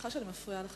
סליחה שאני מפריעה לך,